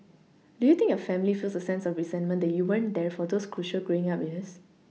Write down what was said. do you think your family feels a sense of resentment that you weren't there for those crucial growing up years